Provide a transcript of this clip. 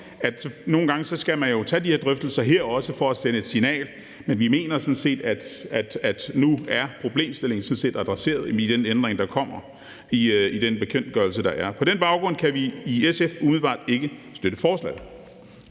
at nogle gange skal man tage de drøftelser her, også for at et sende et signal, men vi mener sådan set, at problemstillingen sådan set er adresseret i den ændring, der kommer i den bekendtgørelse, der er. På den baggrund kan vi i SF umiddelbart ikke støtte forslaget.